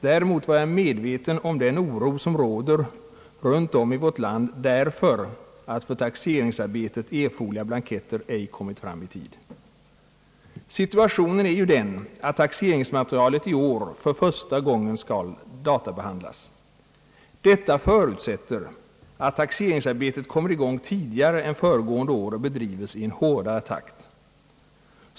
Däremot var jag medveten om den oro som råder runt om i vårt land därför att för taxeringsarbetet erforderliga blanketter ej kommit fram i tid. Situationen är ju den, att taxerings materialet i år för första gången skall databehandlas. Detta förutsätter att taxeringsarbetet kommer i gång tidigare än föregående år och bedrives i en hårdare takt.